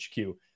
HQ